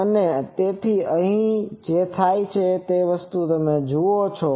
અને તેથી અહીં જે થાય છે તે તમે જુઓ છો